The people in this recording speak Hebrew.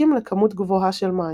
הזקוקים לכמות גבוהה של מים.